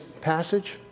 passage